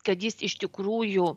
kad jis iš tikrųjų